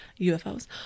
ufos